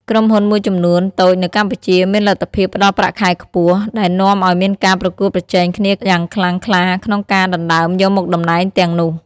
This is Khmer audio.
ក្រុមហ៊ុនមួយចំនួនតូចនៅកម្ពុជាមានលទ្ធភាពផ្ដល់ប្រាក់ខែខ្ពស់ ដែលនាំឱ្យមានការប្រកួតប្រជែងគ្នាយ៉ាងខ្លាំងក្លាក្នុងការដណ្ដើមយកមុខតំណែងទាំងនោះ។